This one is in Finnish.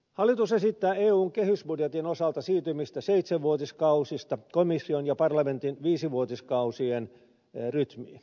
hallitus esittää eun kehysbudjetin osalta siirtymistä seitsenvuotiskausista komission ja parlamentin viisivuotiskausien rytmiin